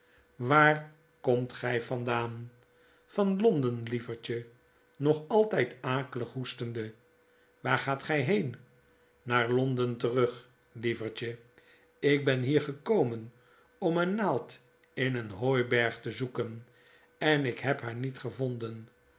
waar komt gij vandaan yd londen lievertje nog altyd akelig hoestende awaar gaat gij heen naar londen terug lievertje ik ben hier gekomen om een naald in een hooiberg te zoeken en ik heb haar niet gevonden